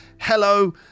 hello